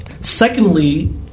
Secondly